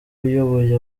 uyoboye